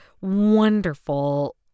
wonderful